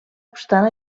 obstant